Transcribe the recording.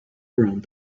around